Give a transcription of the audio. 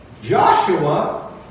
Joshua